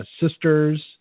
Sisters